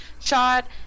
shot